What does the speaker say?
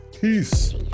Peace